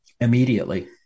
immediately